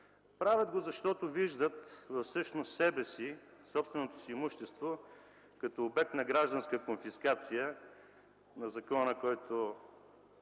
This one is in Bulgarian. Правят го, защото виждат себе си, собственото си имущество като обект на гражданска конфискация на закона, който